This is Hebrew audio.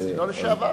זה לא לשעבר.